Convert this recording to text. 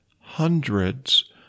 hundreds